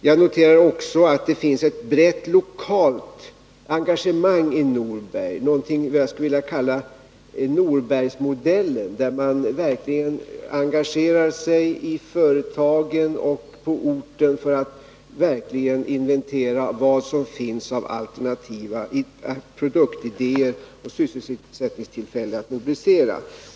Jag noterar också att det finns ett brett lokalt engagemang i Norberg — någonting som jag skulle vilja kalla Norbergsmodellen, där man verkligen engagerar sig i företagen och på orten för att inventera vad som finns att mobilisera av alternativa produktidéer och sysselsättningstillfällen.